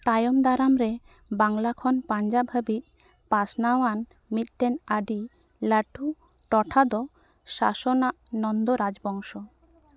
ᱛᱟᱭᱚᱢ ᱫᱟᱨᱟᱢᱨᱮ ᱵᱟᱝᱞᱟ ᱠᱷᱚᱱ ᱯᱟᱧᱡᱟᱵᱽ ᱦᱟᱹᱵᱤᱡ ᱯᱟᱥᱱᱟᱣᱟᱱ ᱢᱤᱫᱴᱮᱱ ᱟᱹᱰᱤ ᱞᱟᱴᱩ ᱴᱚᱴᱷᱟ ᱫᱚ ᱥᱟᱥᱚᱱᱟᱜ ᱱᱚᱱᱫᱚ ᱨᱟᱡᱽᱵᱚᱝᱥᱚ